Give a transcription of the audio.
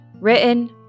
written